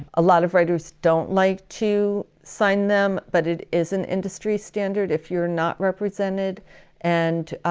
a lot of writers don't like to sign them but it is an industry standard if you're not represented and